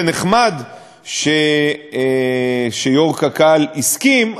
זה נחמד שיושב-ראש קק"ל הסכים,